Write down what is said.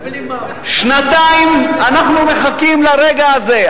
שנתיים אנחנו מחכים לרגע הזה,